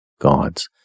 gods